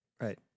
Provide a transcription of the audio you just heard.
Right